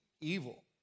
evil